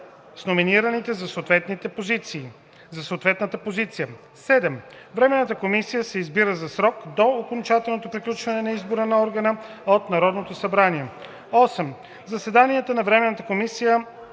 с номинираните за съответната позиция. 7. Временната комисия се избира за срок до окончателно приключване на избора на органа от Народното събрание. 8. Заседанията на временната комисия